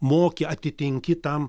moki atitinki tam